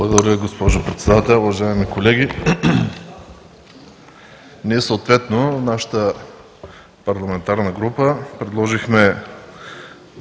Благодаря Ви, госпожо Председател. Уважаеми колеги! Ние, нашата парламентарна група, предложихме